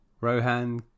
Rohan